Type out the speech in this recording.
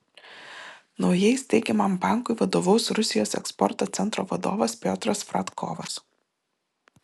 naujai steigiamam bankui vadovaus rusijos eksporto centro vadovas piotras fradkovas